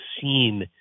seen